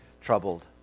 troubled